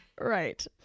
Right